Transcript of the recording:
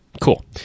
Cool